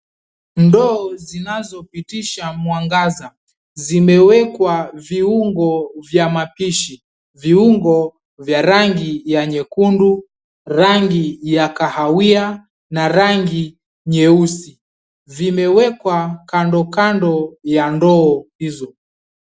Ndoo zinazopitisha mwangaza zimewekwa viungo vya mapishi. Viungo vya rangi ya nyekundu, rangi ya kahawia na rangi nyeusi, zimewekwa kando kando ya ndoo hizo.